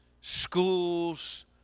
schools